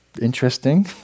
interesting